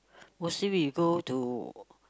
mostly we go to